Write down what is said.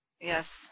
Yes